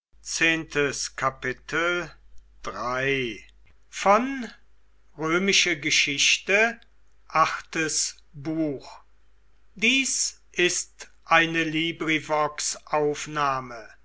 sind ist eine